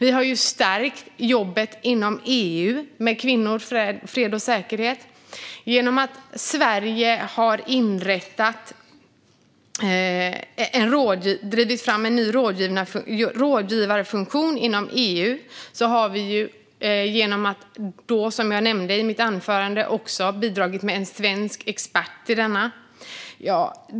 Vi har stärkt jobbet inom EU med kvinnor, fred och säkerhet. Sverige har drivit fram en ny rådgivarfunktion inom EU, och vi har, som jag nämnde i mitt anförande, bidragit med en svensk expert till denna funktion.